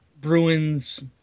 Bruins